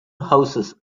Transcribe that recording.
houses